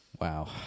wow